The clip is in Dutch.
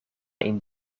een